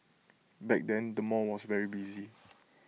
back then the mall was very busy